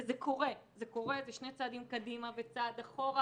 וזה קורה, זה שני צעדים קדימה וצעד אחורה.